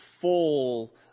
full